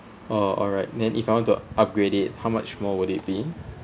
oh alright then if I want to upgrade it how much more would it be